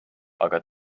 aga